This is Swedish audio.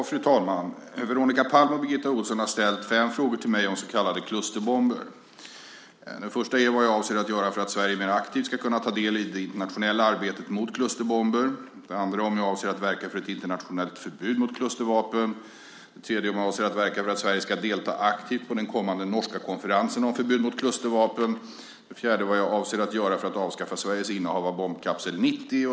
Fru talman! Veronica Palm och Birgitta Ohlsson har ställt fem frågor till mig om så kallade klusterbomber. Den första är vad jag avser att göra för att Sverige mer aktivt ska kunna ta del i ett internationellt arbete mot klusterbomber. Den andra är om jag avser att verka för ett internationellt förbud mot klustervapen. Den tredje är om jag avser att verka för att Sverige ska deltaga aktivt på den kommande norska konferensen om förbud mot klustervapen. Den fjärde är vad jag avser att göra för att avskaffa Sveriges innehav av bombkapsel 90.